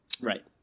right